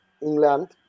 England